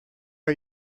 are